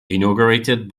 inaugurated